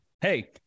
hey